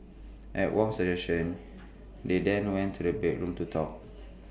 at Wong's suggestion they then went to the bedroom to talk